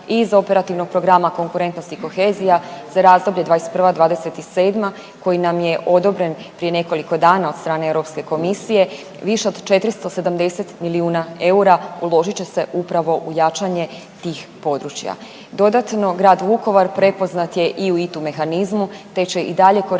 iz operativnog programa konkurentnost i kohezija za razdoblje 2021.-2027. koji nam je odobren prije nekoliko dana od strane Europske komisije više od 470 milijuna eura uložit će se upravo u jačanje tih područja. Dodatno grad Vukovar prepoznat je i u ITU mehanizmu, te će i dalje koristiti